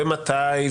מתי,